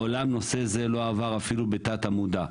מעולם נושא זה לא עבר אפילו בתת המודע.